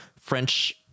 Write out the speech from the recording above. French